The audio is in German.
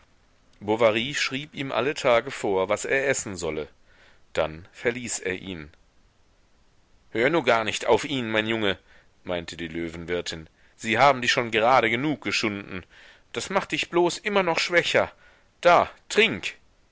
bovary schrieb ihm alle tage vor was er essen solle dann verließ er ihn hör nur gar nicht auf ihn mein junge meinte die löwenwirtin sie haben dich schon gerade genug geschunden das macht dich bloß immer noch schwächer da trink